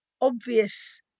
obvious